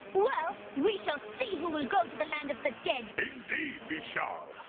well, we shall see who will go to the land of the dead. indeed we shall!